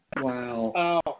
Wow